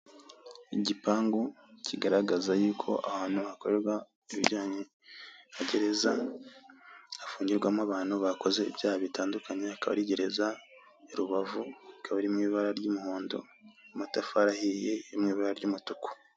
Igipangu kigaragaza yuko ahantu hakorerwa ibijyanye na gereza hafungirwamo abantu bakoze ibyaha bitandukanye, akaba ari gereza y'i Rubavu ikaba iri mw'ibara ry'umuhondo n'amatafari ahiye ari mw'ibara ry'umutuku.